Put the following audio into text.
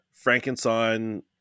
Frankenstein